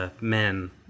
men